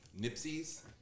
Nipsey's